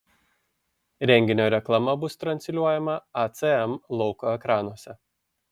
renginio reklama bus transliuojama acm lauko ekranuose